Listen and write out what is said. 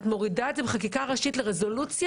את מורידה את זה בחקיקה ראשית לרזולוציה